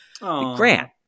grant